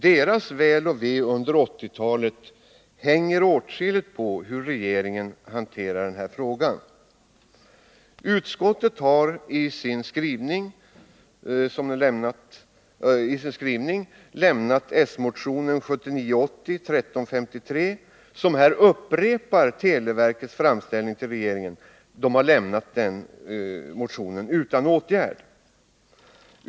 Deras väl och ve under 80-talet hänger åtskilligt på hur regeringen hanterar den här frågan.” Utskottet har i sin skrivning lämnat s-motionen 1978/80:1353, som upprepar televerkets framställning till regeringen, utan åtgärd.